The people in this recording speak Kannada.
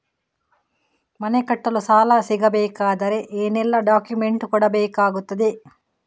ಮನೆ ಕಟ್ಟಲು ಸಾಲ ಸಿಗಬೇಕಾದರೆ ಏನೆಲ್ಲಾ ಡಾಕ್ಯುಮೆಂಟ್ಸ್ ಕೊಡಬೇಕಾಗುತ್ತದೆ?